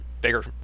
bigger